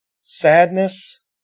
sadness